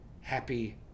happy